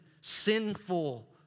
sinful